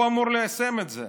הוא אמור ליישם את זה.